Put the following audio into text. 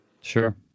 Sure